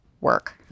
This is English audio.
work